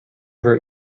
her